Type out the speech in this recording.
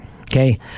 Okay